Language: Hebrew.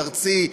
ארצי,